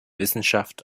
wissenschaft